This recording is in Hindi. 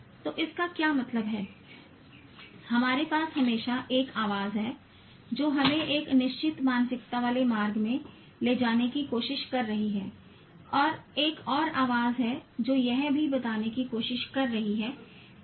तो इसका क्या मतलब है हमारे पास हमेशा एक आवाज़ है जो हमें एक निश्चित मानसिकता वाले मार्ग में ले जाने की कोशिश कर रही है और एक और आवाज़ है जो यह भी बताने की कोशिश कर रही है नहीं